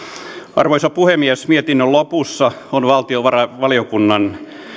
arvoisa puhemies mietinnön lopussa on valtiovarainvaliokunnan